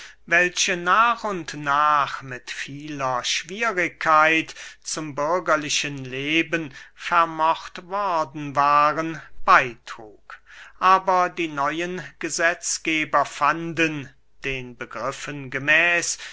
welche nach und nach mit vieler schwierigkeit zum bürgerlichen leben vermocht worden waren beytrug aber die neuen gesetzgeber fanden den